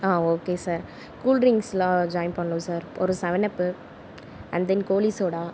okay sir கூல்ட்ரிங்ஸெலாம் join பண்ணணும் sir ஒரு seven up and then goli soda